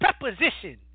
preposition